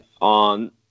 on